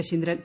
Saseendran